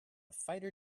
fighter